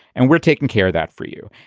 and we're taking care that for you.